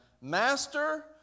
Master